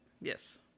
yes